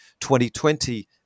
2020